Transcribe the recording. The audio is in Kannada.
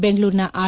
ಬೆಂಗಳೂರಿನ ಆರ್